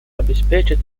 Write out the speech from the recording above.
обеспечить